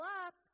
up